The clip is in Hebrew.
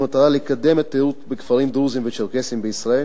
במטרה לקדם את התיירות בכפרים הדרוזיים והצ'רקסיים בישראל